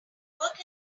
work